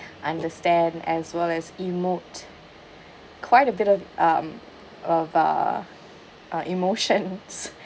understand as well as emote quite a bit of um of uh uh emotions